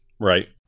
right